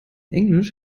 englisch